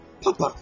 Papa